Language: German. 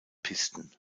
pisten